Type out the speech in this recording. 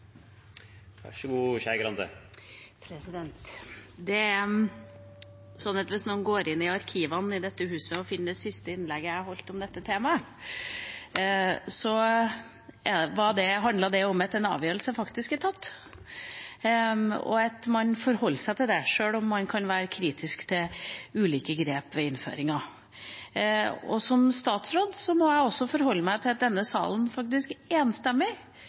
innlegget jeg holdt om dette temaet, handlet det om at en avgjørelse faktisk er tatt, og at man forholder seg til det, sjøl om man kan være kritisk til ulike grep ved innføringen. Som statsråd må jeg også forholde meg til at denne salen faktisk enstemmig